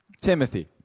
Timothy